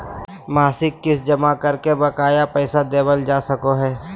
मासिक किस्त जमा करके बकाया पैसा देबल जा सको हय